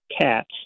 cats